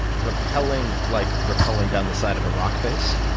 repelling like repelling down the side of a rock face?